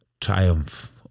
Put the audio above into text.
Triumph